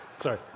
Sorry